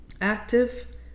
active